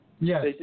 Yes